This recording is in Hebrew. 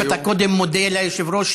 אתה קודם מודה ליושב-ראש,